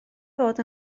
fod